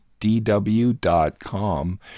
DW.com